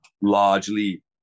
largely